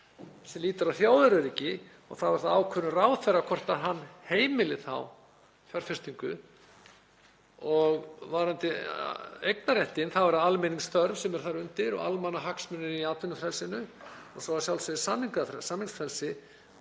sem lýtur að þjóðaröryggi og þá er það ákvörðun ráðherra hvort hann heimili þá fjárfestingu. Varðandi eignarréttinn er það almenningsþörf sem er þar undir og almannahagsmunir í atvinnufrelsinu og svo að sjálfsögðu samningsfrelsi.